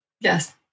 Yes